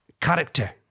character